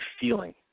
feeling